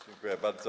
Dziękuję bardzo.